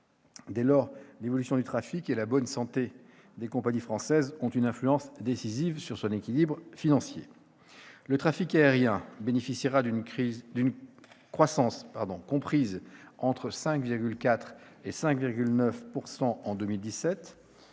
Dès lors, l'évolution du trafic et la bonne santé des compagnies françaises ont une influence décisive sur son équilibre financier. Le trafic aérien bénéficiera d'une croissance comprise entre 5,4 % et 5,9 % en 2017-